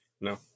No